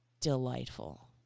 delightful